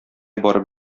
барып